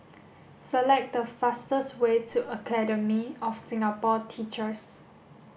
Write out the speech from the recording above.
select the fastest way to Academy of Singapore Teachers